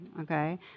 okay